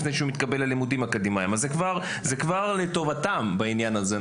זה כבר לטובתם בעניין הזה.